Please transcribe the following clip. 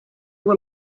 were